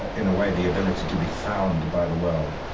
in a way, the ability to be found by the world.